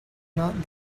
not